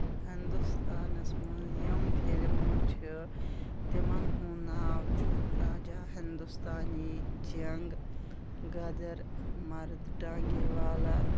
ہِندُوستانَس منٛز یِم فِلمہٕ چھِ تِمن ہُنٛد ناو چھُ راجا ہندوستانی جنٛگ گَدٕر مَرٕد ٹانٛگے والا